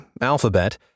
Alphabet